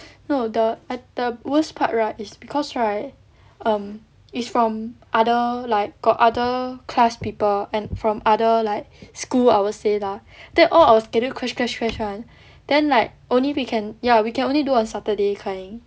no the the worst part right is because right um is from other like got other class people and from other like school I would say lah then all our schedule clash clash clash [one] then like only we can ya we can only do on saturday kind